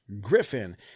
Griffin